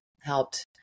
helped